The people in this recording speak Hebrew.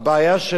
יש הזנה